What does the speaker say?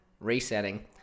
Resetting